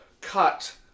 cut